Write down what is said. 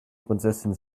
prinzessin